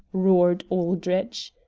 roared aldrich.